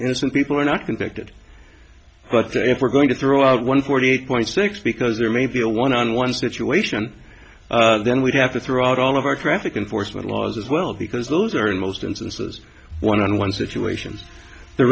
innocent people are not convicted but if we're going to throw out one forty eight point six because there may be a one on one situation then we have to throw out all of our forensic and force with laws as well because those are in most instances one on one situations the